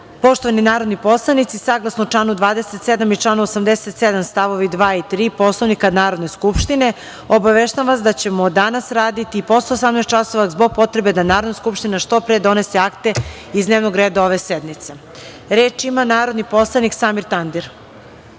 rad. Poštovani narodni poslanici, saglasno članu 27. i članu 87. stavovi 2. i 3. Poslovnika Narodne skupštine, obaveštavam vas da ćemo danas raditi i posle 18.00 časova, zbog potrebe da Narodna skupština što pre donese akte iz dnevnog reda ove sednice. Reč ima narodni poslanik Samir